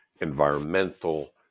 environmental